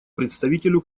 представителю